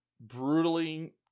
brutally